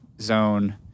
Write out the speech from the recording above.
zone